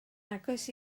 agos